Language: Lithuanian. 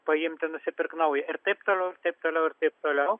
paimti nusipirk naują ir taip toliau ir taip toliau ir taip toliau